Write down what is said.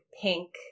pink